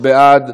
גם בעד,